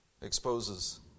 exposes